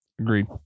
agreed